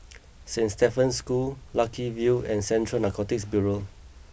Saint Stephen's School Lucky View and Central Narcotics Bureau